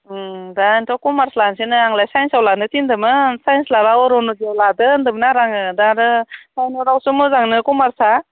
दानोथ' commerce लानोसैनो आंलाय साइन्साव लानो थिनदोमोन साइन्स लाब्ला अरुनदयाव लादो होनदोमोन आरो आङो दा आरो साइनआवसो मोजांनो कमार्सआ